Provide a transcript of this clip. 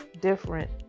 different